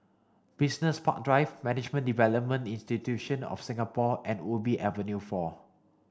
Business Park Drive Management Development institution of Singapore and Ubi Avenue four